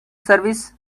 service